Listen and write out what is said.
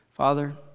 Father